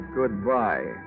goodbye